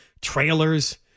trailers